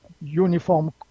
uniform